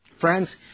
Friends